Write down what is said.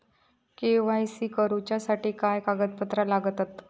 KYC करूच्यासाठी काय कागदपत्रा लागतत?